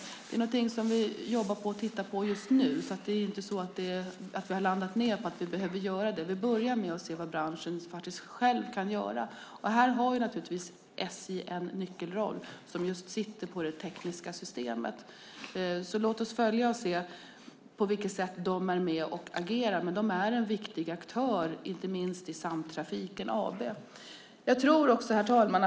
Det är någonting som vi just nu jobbar på och tittar på. Det är alltså inte så att vi har landat i att vi behöver göra på nämnda sätt. Vi börjar med att se vad branschen själv kan göra. Här har naturligtvis SJ en nyckelroll eftersom SJ just sitter på det tekniska systemet. Så låt oss följa och se på vilket sätt de är med och agerar. SJ är en viktig aktör, inte minst i Samtrafiken AB. Herr talman!